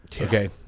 okay